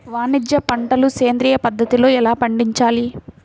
వాణిజ్య పంటలు సేంద్రియ పద్ధతిలో ఎలా పండించాలి?